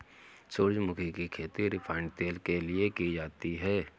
सूरजमुखी की खेती रिफाइन तेल के लिए की जाती है